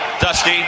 Dusty